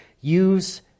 use